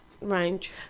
range